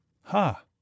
Ha